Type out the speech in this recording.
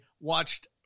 watched